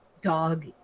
dog